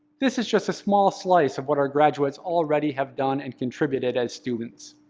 this is just a small slice of what our graduates already have done and contributed as students.